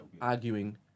arguing